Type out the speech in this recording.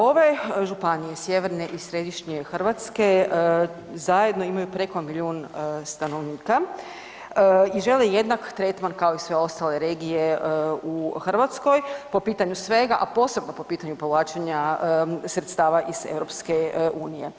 Ove županije sjeverne i središnje Hrvatske zajedno imaju preko milijun stanovnika i žele jednak tretman kao i sve ostale regije u Hrvatskoj po pitanju svega, a posebno po pitanju povlačenja sredstava iz EU.